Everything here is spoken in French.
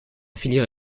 filière